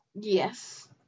Yes